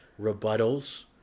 rebuttals